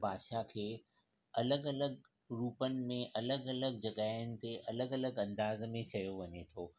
भाषा खे अलॻि अलॻि रूपनि में अलॻि अलॻि जगहियुनि ते अलॻि अलॻि अंदाज में चयो वञे त